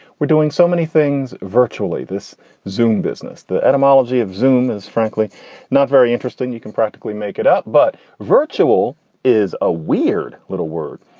we're doing so many things, virtually this zoome business. the etymology of zoome is frankly not very interesting. you can practically make it up, but virtual is a weird little word.